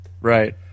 Right